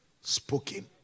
spoken